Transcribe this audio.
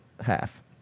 half